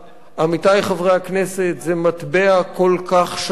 עמיתי חברי הכנסת, זה מטבע כל כך שחוק,